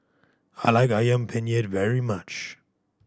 I like Ayam Penyet very much